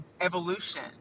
evolution